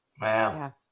Wow